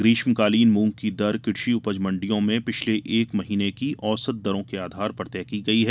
ग्रीष्मकालीन मूंग की दर कृषि उपज मंडियों में पिछले एक महीने की औसत दरों के आधार पर तय की गई है